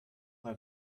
mal